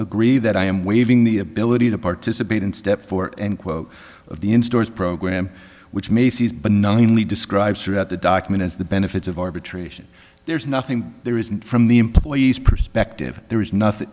agree that i am waiving the ability to participate in step four and quote of the in stores program which macy's but knowingly described throughout the document as the benefits of arbitration there is nothing there isn't from the employees perspective there is nothing